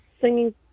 singing